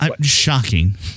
Shocking